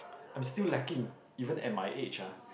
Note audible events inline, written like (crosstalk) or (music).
(noise) I'm still lacking even at my age ah